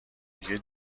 دیگه